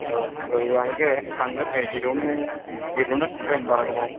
औ लोगो लाहैगोन थांगोन नै जेरावनो जेरावनो थांगोन बारा गोबाव